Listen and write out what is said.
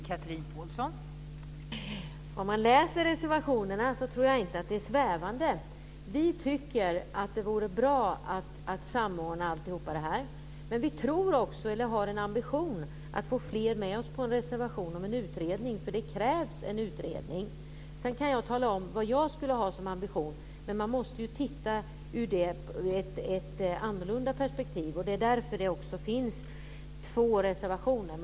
Fru talman! Om man läser reservationerna tror jag inte att det är svävande. Vi tycker att det vore bra att samordna allt detta. Men vi har också en ambition om att få fler med oss på en reservation om en utredning, för det krävs en utredning. Sedan kan jag tala om vad jag skulle ha som ambition, men man måste ju titta ur ett annorlunda perspektiv. Det är därför det finns två reservationer.